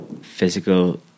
physical